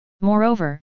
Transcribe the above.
Moreover